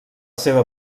seva